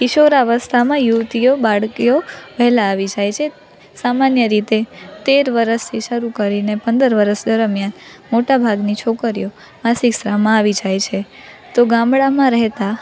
કિશોરાવસ્થામાં યુવતીઓ બાળકીઓ વહેલા આવી જાય છે સામાન્ય રીતે તેર વર્ષથી શરૂ કરીને પંદર વર્ષ દરમિયાન મોટા ભાગની છોકરીઓ માસિક સ્ત્રાવમાં આવી જાય છે તો ગામડામાં રહેતા